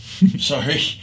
Sorry